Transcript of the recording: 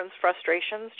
frustrations